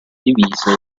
divise